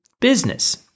business